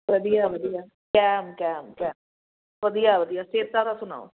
ਵਧੀਆ ਵਧੀਆ ਕੈਮ ਕੈਮ ਕੈਮ ਵਧੀਆ ਵਧੀਆ ਸਿਹਤਾ ਦਾ ਸੁਣਾਓ